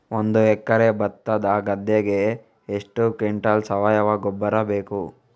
ಒಂದು ಎಕರೆ ಭತ್ತದ ಗದ್ದೆಗೆ ಎಷ್ಟು ಕ್ವಿಂಟಲ್ ಸಾವಯವ ಗೊಬ್ಬರ ಬೇಕು?